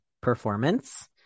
performance